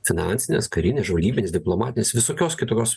finansinės karinės žvalgybinės diplomatinės visokios kitokios